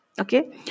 Okay